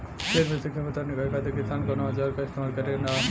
खेत में से खर पतवार निकाले खातिर किसान कउना औजार क इस्तेमाल करे न?